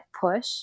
push